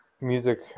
music